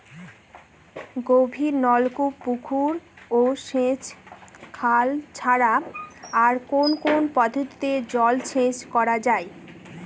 গভীরনলকূপ পুকুর ও সেচখাল ছাড়া আর কোন কোন পদ্ধতিতে জলসেচ করা যায়?